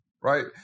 right